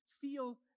feel